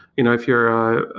you know if you're a